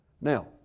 Now